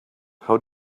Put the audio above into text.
how